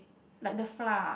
like the flour